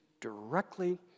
directly